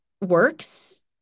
works